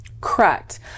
Correct